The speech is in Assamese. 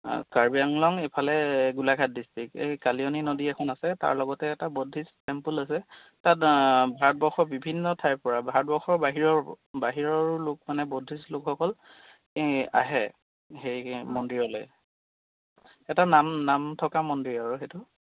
কাৰ্বি আংলং এইফালে গোলাঘাট ডিষ্ট্ৰিক্ট এই কালিয়নী নদী এখন আছে তাৰ লগতে এটা বদ্ধিষ্ট টেম্পল আছে তাত ভাৰতবৰ্ষৰ বিভিন্ন ঠাইৰপৰা ভাৰতবৰ্ষৰ বাহিৰৰ বাহিৰৰো লোক মানে বদ্ধিষ্ট লোকসকল এই আহে সেই মন্দিৰলৈ এটা নাম নাম থকা মন্দিৰ আৰু সেইটো